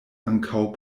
ankaŭ